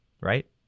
Right